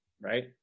right